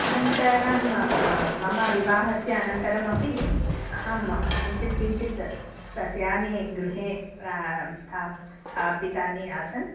अनन्तरं मम विवाहस्य अनन्तरमपि अहं किञ्चित् किञ्चित् सस्यानि गृहे प्रा स्था स्थापितानि आसन्